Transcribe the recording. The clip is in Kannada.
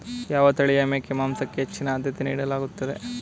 ಯಾವ ತಳಿಯ ಮೇಕೆ ಮಾಂಸಕ್ಕೆ ಹೆಚ್ಚಿನ ಆದ್ಯತೆ ನೀಡಲಾಗುತ್ತದೆ?